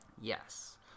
yes